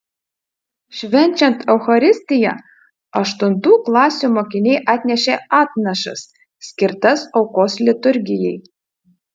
švenčiant eucharistiją aštuntų klasių mokiniai atnešė atnašas skirtas aukos liturgijai